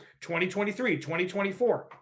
2023-2024